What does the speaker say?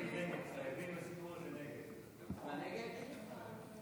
הסתייגות 59 לא נתקבלה.